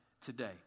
today